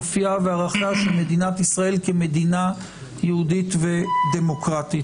אופייה וערכיה של מדינת ישראל כמדינה יהודית ודמוקרטית.